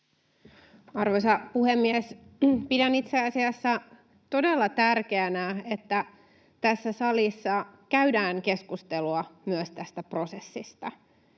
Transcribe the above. Arvoisa puhemies! Pidän itse asiassa todella tärkeänä, että tässä salissa käydään keskustelua myös tästä prosessista.